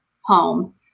home